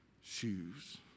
shoes